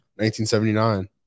1979